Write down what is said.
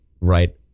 right